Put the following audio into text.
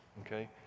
Okay